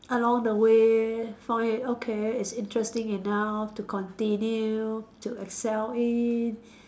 along the way find it okay it's interesting enough to continue to excel in